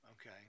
Okay